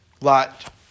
Lot